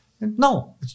No